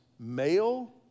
Male